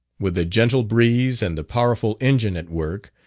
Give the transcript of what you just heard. with a gentle breeze, and the powerful engine at work,